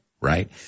Right